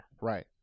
Right